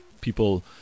people